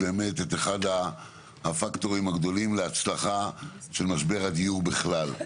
באמת את אחד הפקטורים הגדולים להצלחה של משבר הדיור בכלל.